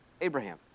Abraham